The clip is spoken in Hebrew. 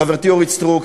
חברתי אורית סטרוק,